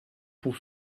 pour